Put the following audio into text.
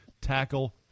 tackle